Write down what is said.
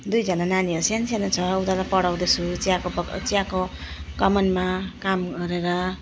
दुईजना नानीहरू सानो सानो छ उनीहरूलाई पढाउँदैछु चियाको पक् चियाको कमानमा काम गरेर